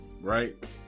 right